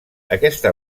aquesta